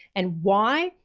and why?